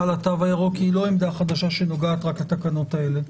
לתו הירוק היא לא עמדה חדשה שנוגעת רק לתקנות האלה.